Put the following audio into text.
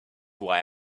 why